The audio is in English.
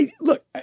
Look